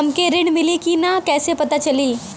हमके ऋण मिली कि ना कैसे पता चली?